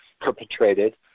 perpetrated